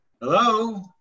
hello